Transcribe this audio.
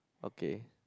okay